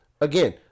again